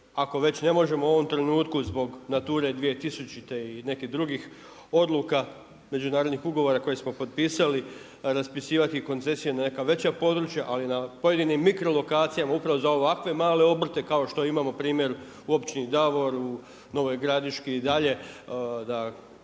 Ako već ne možemo u ovom trenutku zbog Nature 2000. i nekih drugih odluka, međunarodnih ugovora koje smo potpisali raspisivati koncesije na neka veća područja ali na pojedinim mikro lokacijama upravo za ovakve male obrte kao što imamo primjer u općini Davor, u Novoj Gradiški i dalje koji